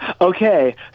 Okay